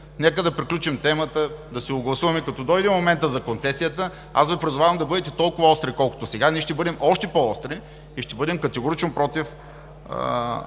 Нека да приключим темата, да си го гласуваме, а като дойде моментът за концесията, аз Ви призовавам да бъдете толкова остри, колкото сега. Ние ще бъдем още по-остри и ще бъдем категорично против